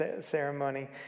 ceremony